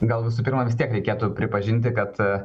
gal visų pirma vis tiek reikėtų pripažinti kad